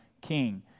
king